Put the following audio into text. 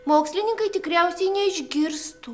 mokslininkai tikriausiai neišgirstų